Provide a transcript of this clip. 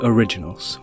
Originals